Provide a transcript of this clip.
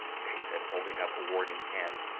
she said, holding up a warning hand.